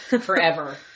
Forever